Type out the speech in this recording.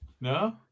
No